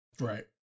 Right